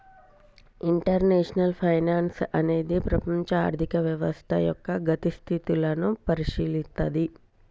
international finance అనేది ప్రపంచ ఆర్థిక వ్యవస్థ యొక్క గతి స్థితులను పరిశీలిత్తది